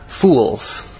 fools